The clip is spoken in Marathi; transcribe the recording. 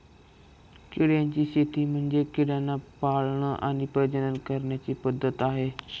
किड्यांची शेती म्हणजे किड्यांना पाळण आणि प्रजनन करण्याची पद्धत आहे